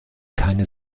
keine